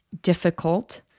difficult